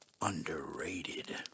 underrated